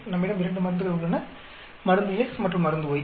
நம்மிடம் இரண்டு மருந்துகள் உள்ளன மருந்து X மற்றும் மருந்து Y